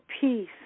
peace